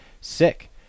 sick